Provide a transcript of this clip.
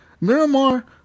Miramar